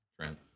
Trent